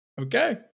Okay